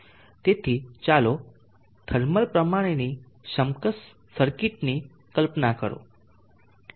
તેથી ચાલો થર્મલ પ્રમાણેની સમકક્ષ સર્કિટ ની કલ્પના કરો